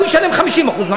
הוא ישלם 50% מס הכנסה.